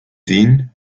sehen